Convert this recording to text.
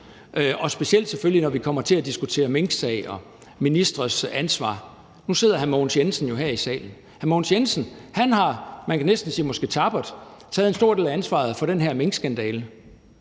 specielt når det kommer til at diskutere minksagen og ministres ansvar. Nu sidder hr. Mogens Jensen jo her i salen. Hr. Mogens Jensen har – tappert, kan man måske næsten sige – taget en stor del af ansvaret for den her minkskandale.